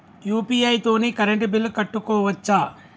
UPI తోని current bill కట్టుకోవచ్ఛా?